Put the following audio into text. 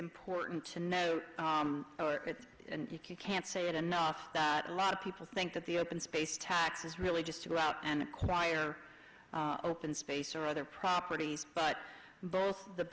important to note that you can't say it enough that a lot of people think that the open space tax is really just to go out and acquire open space or other properties but both the